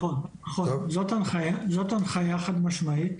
נכון, זו ההנחיה החד משמעית.